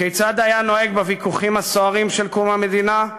כיצד היה נוהג בוויכוחים הסוערים של קום המדינה,